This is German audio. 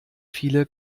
viele